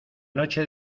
noche